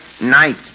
night